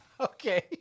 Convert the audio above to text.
Okay